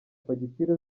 fagitire